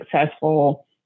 successful